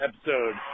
episode